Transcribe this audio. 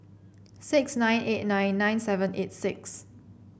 six nine eight nine nine seven eight six